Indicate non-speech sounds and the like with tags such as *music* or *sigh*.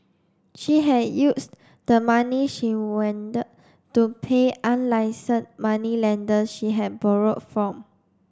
she had used the money she *unintelligible* to pay unlicensed moneylenders she had borrowed from